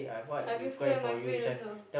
having flu and migraine also